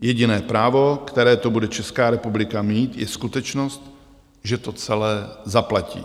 Jediné právo, které to bude Česká republika mít, je skutečnost, že to celé zaplatí.